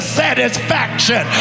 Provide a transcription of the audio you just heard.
satisfaction